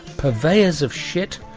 purveyors of shit,